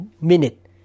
minute